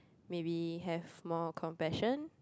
maybe have more compassion